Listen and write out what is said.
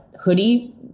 hoodie